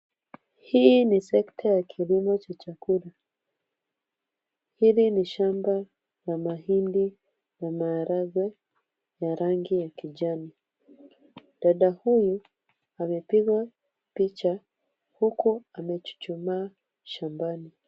Hii ni sekta ya kilimo cha chakula. Hili ni shamba la mahindi na maharagwe ya rangi ya kijani. Dada huyu amepigwa picha huku amechuchuma shambani.